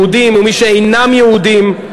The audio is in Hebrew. יהודים ומי שאינם יהודים,